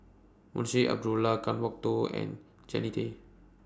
Munshi Abdullah Kan Kwok Toh and Jannie Tay